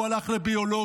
הוא הלך לביולוגיה,